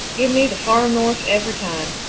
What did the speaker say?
give me the far north every time.